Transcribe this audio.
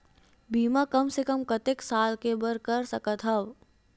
बीमा कम से कम कतेक साल के बर कर सकत हव?